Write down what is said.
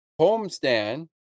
homestand